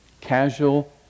Casual